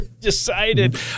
decided